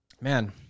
Man